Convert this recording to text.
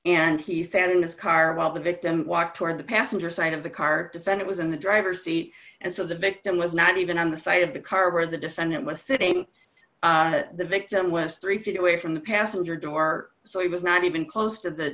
and he sat in his car while the victim walked toward the passenger side of the car defend it was in the driver's seat and so the victim was not even on the side of the car where the defendant was sitting the victim was three feet away from the passenger door so he was not even close to the